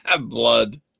Blood